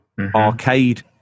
Arcade